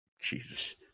Jesus